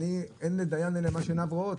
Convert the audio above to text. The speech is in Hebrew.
"אין לדיין אלא מה שעיניו רואות".